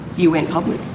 you went public.